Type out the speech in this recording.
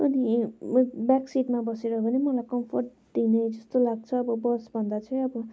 अनि ब्याक सिटमा बसेर पनि मलाई कम्फर्ट दिने जस्तो लाग्छ अब बस भन्दा चाहिँ अब